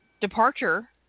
departure